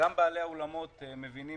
גם בעלי האולמות מבינים